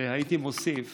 הייתי מוסיף